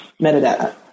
metadata